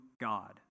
God